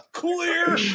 clear